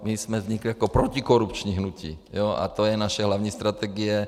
My jsme vznikli jako protikorupční hnutí a to je naše hlavní strategie.